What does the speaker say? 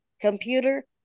computer